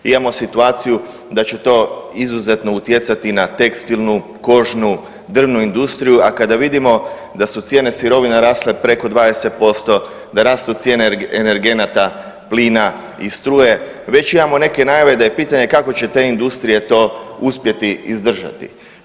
Imamo situaciju da će to izuzetno utjecati na tekstilnu, kožnu, drvnu industriju, a kada vidimo da su cijene sirovina rasle preko 20%, da rastu cijene energenata plina i struje, već imamo neke najave da je pitanje kako će te industrije to uspjeti izdržati.